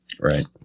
Right